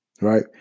right